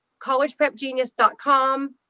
collegeprepgenius.com